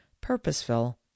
purposeful